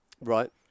Right